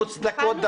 מוצדקות,